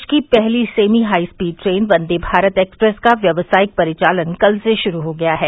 देश की पहली semi high speed train Vande Bharat express का व्यावसायिक परिचालन कल से शुरू हो गया है